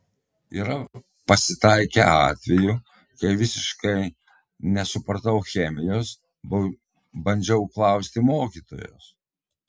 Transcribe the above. yra pasitaikę atvejų kai visiškai nesupratau chemijos bandžiau klausti mokytojos